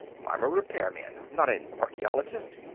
i'm a repairman, not an archeologist.